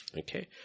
Okay